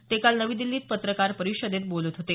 ते काल नवी दिल्लीत पत्रकार परिषदेत बोलत होते